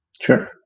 Sure